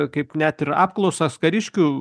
kaip net ir apklausas kariškių